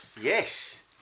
yes